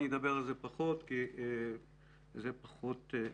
אני אדבר על זה פחות כי זה פחות מהותי.